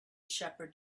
shepherd